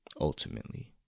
ultimately